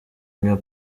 nyuma